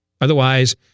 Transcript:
Otherwise